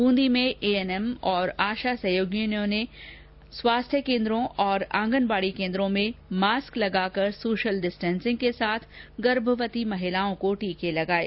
बुंदी में A N M और आशा सहयोगिनीयों ने स्वास्थ्य केन्द्रों और आंगन बाडी केंद्रों में मास्क लगाकर सोशल डिस्टेंसिग के साथ गर्भवती महिलाओं को टीके लगाये